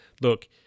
look